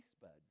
buds